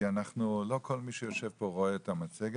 כי לא כל מי שיושב פה רואה את המצגת.